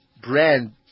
brand